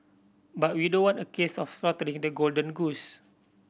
but we don't want a case of slaughtering the golden goose